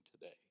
today